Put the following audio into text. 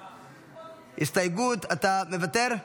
הסתייגות, אתה מוותר?